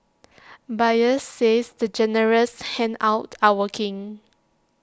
buyers says the generous handouts are working